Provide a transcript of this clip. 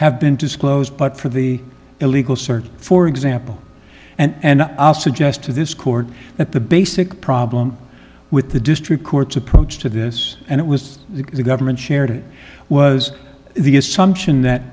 have been disclosed but for the illegal search for example and i'll suggest to this court that the basic problem with the district court's approach to this and it was that the government shared it was the assumption that